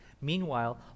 meanwhile